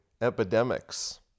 epidemics